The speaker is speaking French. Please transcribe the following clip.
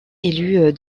élu